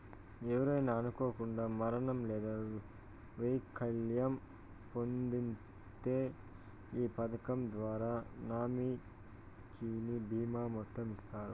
ఎవరైనా అనుకోకండా మరణం లేదా వైకల్యం పొందింతే ఈ పదకం ద్వారా నామినీకి బీమా మొత్తం ఇస్తారు